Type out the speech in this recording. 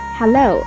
hello